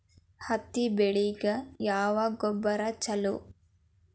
ಹತ್ತಿ ಬೆಳಿಗ ಯಾವ ಗೊಬ್ಬರ ಛಲೋ?